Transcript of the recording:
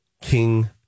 King